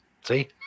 See